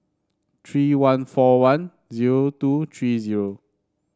three one four one zero two three zero